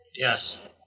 Yes